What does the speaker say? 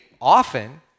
often